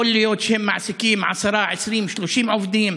יכול להיות שהם מעסיקים 10, 20, 30 עובדים.